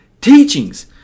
teachings